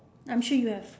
I'm sure you have